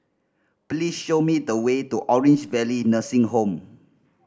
please show me the way to Orange Valley Nursing Home